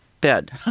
bed